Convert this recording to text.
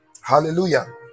Hallelujah